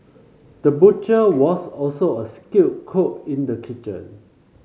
the butcher was also a skilled cook in the kitchen